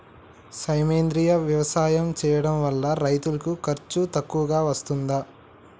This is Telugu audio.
సేంద్రీయ వ్యవసాయం చేయడం వల్ల రైతులకు ఖర్చు తక్కువగా వస్తదా?